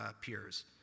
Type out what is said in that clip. peers